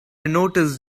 noticed